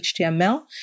HTML